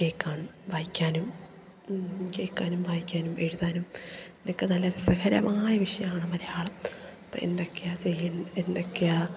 കേൾക്കാനും വായിക്കാനും കേൾക്കാനും വായിക്കാനും എഴുതാനും ഇതൊക്കെ നല്ല രസകരമായ വിഷയമാണ് മലയാളം അപ്പം എന്തെക്കെയാണ് ചെയ്യേണ്ടത് എന്തെക്കെയാണ്